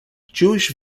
jewish